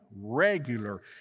regular